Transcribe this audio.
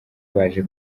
baje